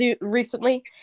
recently